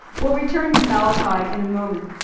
we'll return to malachy in a moment.